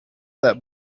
that